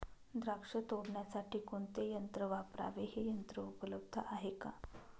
द्राक्ष तोडण्यासाठी कोणते यंत्र वापरावे? हे यंत्र उपलब्ध आहे का?